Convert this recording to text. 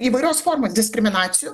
įvairios formos diskriminacijų